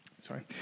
sorry